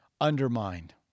undermined